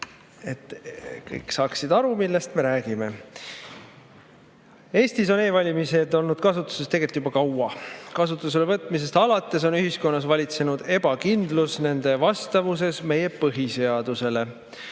kõik saaksid aru, millest me räägime. Eestis on e-valimised olnud kasutusel tegelikult juba kaua. Kasutusele võtmisest alates on ühiskonnas valitsenud ebakindlus nende vastavuse osas meie põhiseadusele.